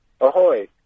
ahoy